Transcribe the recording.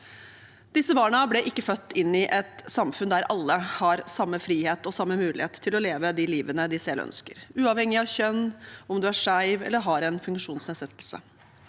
Disse barna ble ikke født inn i et samfunn der alle har samme frihet og samme mulighet til å leve det livet de selv ønsker, uavhengig av kjønn, om du er skeiv eller har en funksjonsnedsettelse.